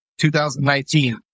2019